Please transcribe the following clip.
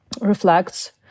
reflects